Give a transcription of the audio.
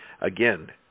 again